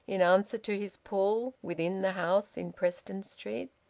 in answer to his pull, within the house in preston street.